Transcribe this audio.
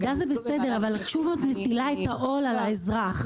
אבל שוב את מטילה את העול על האזרח.